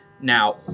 Now